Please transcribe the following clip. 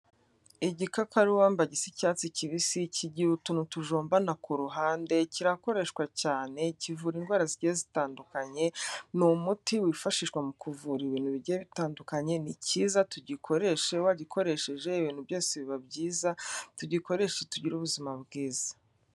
Igikakarubamba gisa icyatsi kibisi, kigira utuntu tujombana ku ruhande, kirakoreshwa cyane, kivura indwara zigiye zitandukanye, ni umuti wifashishwa mu kuvura ibintu bigiye bitandukanye ni cyiza tugikoreshe wagikoresheje ibintu byose biba byiza tugikoreshe tugire ubuzima bwiza.